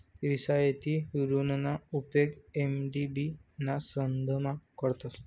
रियासती ऋणना उपेग एम.डी.बी ना संबंधमा करतस